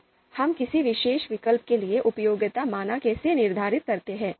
अब हम किसी विशेष विकल्प के लिए उपयोगिता मान कैसे निर्धारित करते हैं